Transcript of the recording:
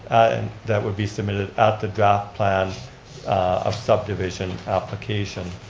and that would be submitted at the draft plan of subdivision application.